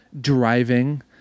driving